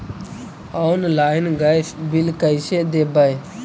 Online gas के bill कैसे देबै?